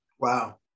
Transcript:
Wow